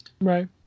Right